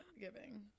giving